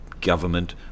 government